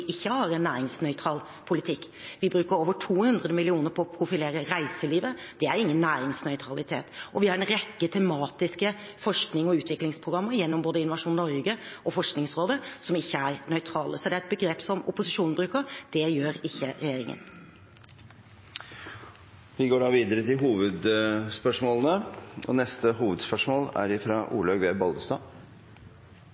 ikke har en næringsnøytral politikk. Vi bruker over 200 mill. kr på å profilere reiselivet. Det er ikke næringsnøytralitet. Og vi har en rekke tematiske forsknings- og utviklingsprogrammer, gjennom både Innovasjon Norge og Forskningsrådet, som ikke er nøytrale. Så det er et begrep som opposisjonen bruker – det gjør ikke regjeringen. Vi går videre til neste hovedspørsmål.